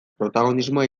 protagonismoa